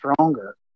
stronger